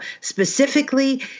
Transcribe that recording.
specifically